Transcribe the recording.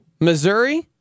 Missouri